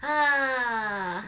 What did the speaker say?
ha